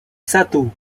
satu